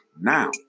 now